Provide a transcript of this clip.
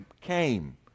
came